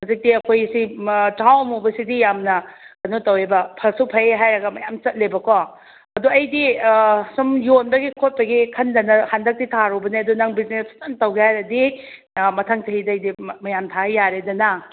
ꯍꯧꯖꯤꯛꯇꯤ ꯑꯩꯈꯣꯏꯒꯤꯁꯤ ꯆꯥꯛꯍꯥꯎ ꯑꯃꯨꯕꯁꯤꯗꯤ ꯌꯥꯝꯅ ꯀꯩꯅꯣ ꯇꯧꯋꯦꯕ ꯐꯁꯨ ꯐꯩ ꯍꯥꯏꯔꯒ ꯃꯌꯥꯝ ꯆꯠꯂꯦꯕꯀꯣ ꯑꯗꯨ ꯑꯩꯗꯤ ꯁꯨꯝ ꯌꯣꯟꯕꯒꯤ ꯈꯣꯠꯄꯒꯤ ꯈꯟꯗꯅ ꯍꯟꯗꯛꯇꯤ ꯊꯥꯔꯨꯕꯅꯦ ꯑꯗꯨ ꯅꯪ ꯕꯤꯖꯤꯅꯦꯁ ꯐꯖꯅ ꯇꯧꯒꯦ ꯍꯥꯏꯔꯗꯤ ꯃꯊꯪ ꯆꯍꯤꯗꯩꯗꯤ ꯃꯌꯥꯝ ꯊꯥ ꯌꯥꯔꯦꯗꯅ